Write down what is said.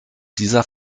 dieser